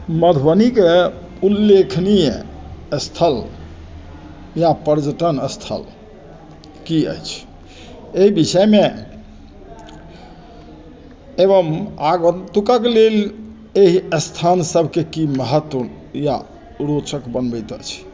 मधुबनीके उल्लेखनीय स्थल या पर्यटन स्थल की अछि अइ विषयमे एवम् आगन्तुकक लेल एहि स्थान सबके की महत्व या रोचक बनबैत अछि